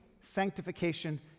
sanctification